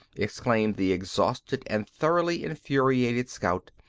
exclaimed the exhausted and thoroughly infuriated scout,